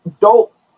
dope